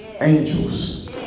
angels